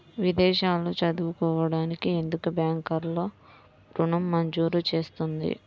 విదేశాల్లో చదువుకోవడానికి ఎందుకు బ్యాంక్లలో ఋణం మంజూరు చేస్తుంది?